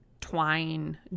twine